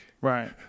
Right